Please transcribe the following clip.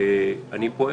אני פועל.